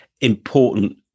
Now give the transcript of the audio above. important